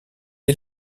est